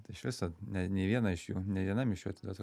tai iš viso ne nei vieną iš jų nei vienam iš jų atiduot